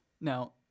Now